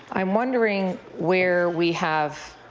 i'm wondering where we have